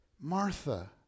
Martha